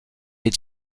est